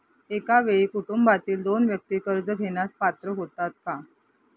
एका वेळी कुटुंबातील दोन व्यक्ती कर्ज घेण्यास पात्र होतात का?